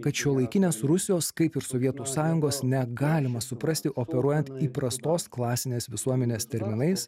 kad šiuolaikinės rusijos kaip ir sovietų sąjungos negalima suprasti operuojant įprastos klasinės visuomenės terminais